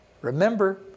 Remember